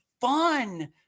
fun